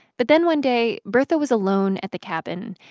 but then one day, bertha was alone at the cabin.